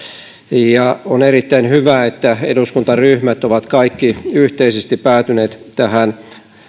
ja on erittäin hyvä että eduskuntaryhmät ovat kaikki yhteisesti päätyneet tähän